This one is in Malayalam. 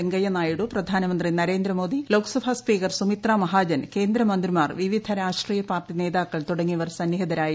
വെങ്കയ്യ നായിഡു പ്രധാനമന്ത്രി നരേന്ദ്രമോദി ലോക്സഭാ സ്പീക്കർ സുമിത്ര മഹാജൻ കേന്ദ്രമന്ത്രിമാർ വിവിധ രാഷ്ട്രീയ പാർട്ടിനേതാക്കൾ തുടങ്ങിയവർ സന്നിഹിതരായിരുന്നു